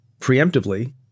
preemptively